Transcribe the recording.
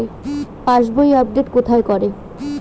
পাসবই update কোথায় করে?